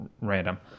random